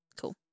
cool